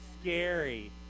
scary